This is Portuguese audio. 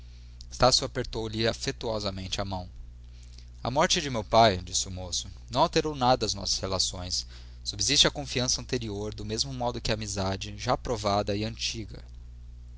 ajude estácio apertou-lhe afetuosamente a mão a morte de meu pai disse o moço não alterou nada as nossas relações subsiste a confiança anterior do mesmo modo que a amizade já provada e antiga